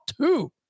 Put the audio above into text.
two